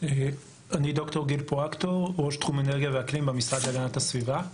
אני ראש תחום אנרגיה ואקלים במשרד להגנת הסביבה.